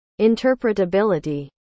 interpretability